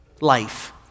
life